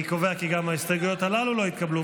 אני קובע כי גם ההסתייגויות הללו לא התקבלו.